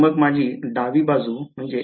तर मग डावी बाजू बनते